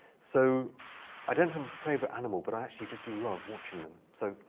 so i don't have a favorite animal, but i actually just love watching them. so